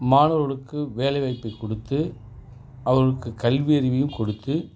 மாணவர்களுக்கு வேலைவாய்ப்பு கொடுத்து அவர்களுக்கு கல்வியறிவையும் கொடுத்து